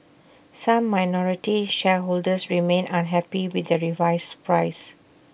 some minority shareholders remain unhappy with the revised price